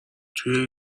توی